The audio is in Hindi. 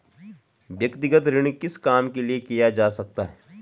व्यक्तिगत ऋण किस काम के लिए किया जा सकता है?